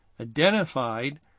identified